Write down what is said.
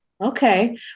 Okay